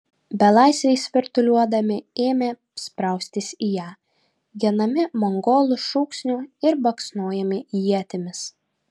belaisviai svirduliuodami ėmė spraustis į ją genami mongolų šūksnių ir baksnojami ietimis